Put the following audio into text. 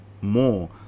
More